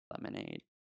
lemonade